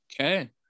Okay